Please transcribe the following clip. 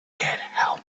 help